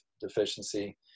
deficiency